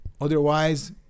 Otherwise